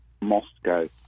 Moscow